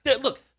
Look